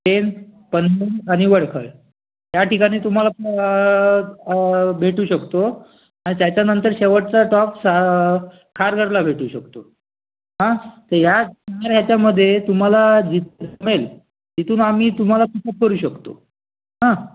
पेण आणि वडखळ या ठिकाणी तुम्हाला भेटू शकतो आणि त्याच्यानंतर शेवटचा स्टॉप खारघरला भेटू शकतो तर या याच्यामध्ये तुम्हाला जमेल तिथून आम्ही तुम्हाला पिकअप करू शकतो